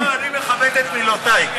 שיבואו אנשיך מוכנים בשבוע הבא לוועדת הפנים עם,